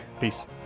peace